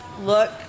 Look